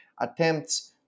attempts